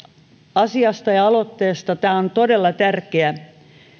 asiasta ja aloitteesta tämä on todella tärkeä